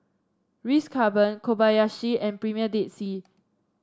Ritz Carlton Kobayashi and Premier Dead Sea